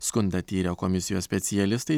skundą tyrę komisijos specialistai